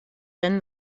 then